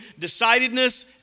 decidedness